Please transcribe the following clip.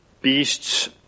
beasts